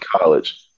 college